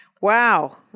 Wow